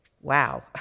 Wow